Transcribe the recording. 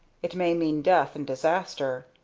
it may mean death and disaster.